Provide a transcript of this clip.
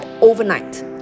overnight